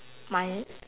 my